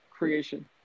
creation